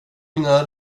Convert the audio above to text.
mina